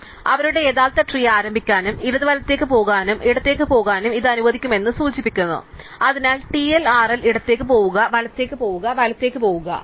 അതിനാൽ അവരുടെ യഥാർത്ഥ ട്രീ ആരംഭിക്കാനും ഇടത് വലത്തേക്ക് പോകാനും ഇടത്തേക്ക് പോകാനും ഇത് അനുവദിക്കുമെന്ന് ഇത് സൂചിപ്പിക്കുന്നു അതിനാൽ TLRL ഇടത്തേക്ക് പോകുക വലത്തേക്ക് പോകുക വലത്തേക്ക് പോകുക